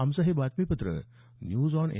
आमचं हे बातमीपत्र न्यूज आॅन ए